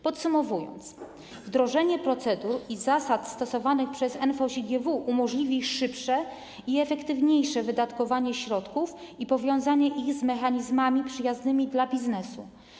Podsumowując, wdrożenie procedur i zasad stosowanych przez NFOŚiGW umożliwi szybsze i efektywniejsze wydatkowanie środków i powiązanie ich z mechanizmami przyjaznymi dla biznesu.